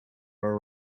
are